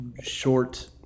short